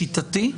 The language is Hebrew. לשיטתי,